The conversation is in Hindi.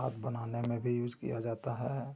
खाद बनाने में भी यूज किया जाता है